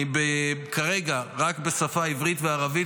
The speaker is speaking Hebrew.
כרגע רק בשפה העברית והערבית,